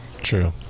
True